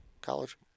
College